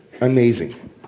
Amazing